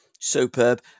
Superb